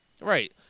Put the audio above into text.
Right